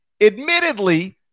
admittedly